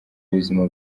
buzima